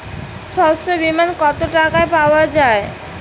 শস্য বিমায় কত টাকা পাওয়া যায়?